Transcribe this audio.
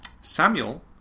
Samuel